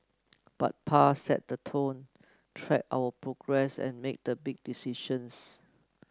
but Pa set the tone tracked our progress and made the big decisions